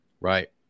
right